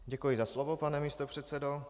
Děkuji za slovo, pane místopředsedo.